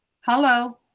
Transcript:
Hello